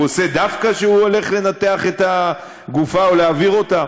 הוא עושה דווקא כשהוא הולך לנתח את הגופה או להעביר אותה?